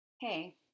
Hey